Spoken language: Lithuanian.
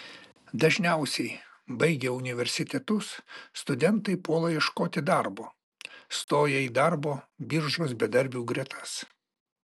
dažniausiai baigę universitetus studentai puola ieškoti darbo stoja į darbo biržos bedarbių gretas